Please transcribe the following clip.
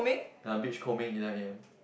ya beach combing eleven A_M